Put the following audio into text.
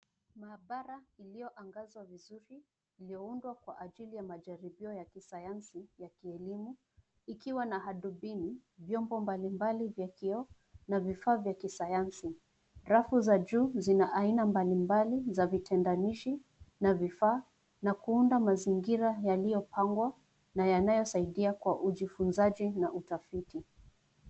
Mabara iliyoangazwa vizuri iliyoundwa kwa ajili ya majaribio ya kisayansi ya kielimu ikiwa na hadubini, vyombo mbalimbali vya kioo na vifaa vya kisayansi. Rafu za juu zina aina mbalimbali za vitendanishi na vifaa na kuunda mazingira yaliyopangwa na yanayosaidia kuwa ujifunzaji na utafiti.